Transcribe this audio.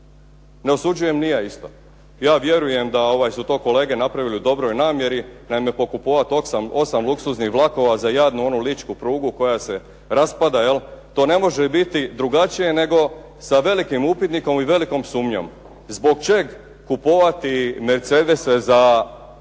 Ne osuđujem ni ja isto. Ja vjerujem da su to kolege napravili u dobroj namjeri. Naime, pokupovati osam luksuznih vlakova za jadnu onu Ličku prugu koja se raspada, jel. To ne može biti drugačije nego sa velikim upitnikom i velikom sumnjom. Zbog čega kupovati Mercedese za